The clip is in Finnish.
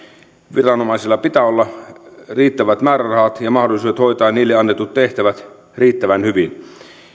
viranomaisilla pitää olla riittävät määrärahat ja mahdollisuudet hoitaa niille annetut tehtävät riittävän hyvin